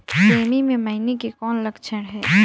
सेमी मे मईनी के कौन लक्षण हे?